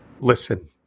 Listen